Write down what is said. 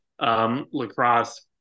lacrosse